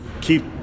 keep –